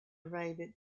rabid